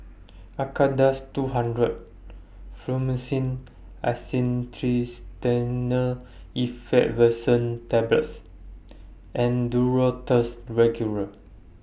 Acardust two hundred Fluimucil Acetylcysteine Effervescent Tablets and Duro Tuss Regular